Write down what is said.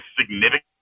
significant